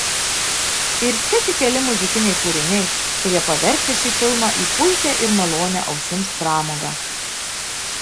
ir čia tik keli muzikiniai kūriniai kurie paverčia šį filmą į puikią ir malonią ausims pramogą